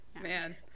Man